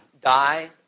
die